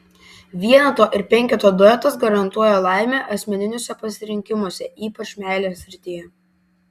vieneto ir penketo duetas garantuoja laimę asmeniniuose pasirinkimuose ypač meilės srityje